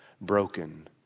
broken